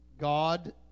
God